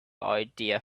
idea